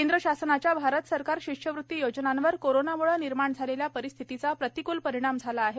केंद्र शासनाच्या भारत सरकार शिष्यवृत्ती योजनांवर कोरोनामुळे निर्माण झालेल्या परिस्थितीचा प्रतिकृल परिणाम झाला आहे